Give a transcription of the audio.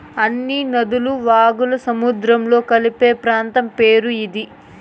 అన్ని నదులు వాగులు సముద్రంలో కలిసే ప్రాంతం పేరు ఇది